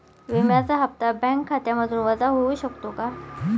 विम्याचा हप्ता बँक खात्यामधून वजा होऊ शकतो का?